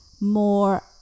more